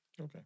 Okay